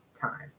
time